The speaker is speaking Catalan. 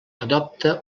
adopta